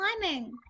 climbing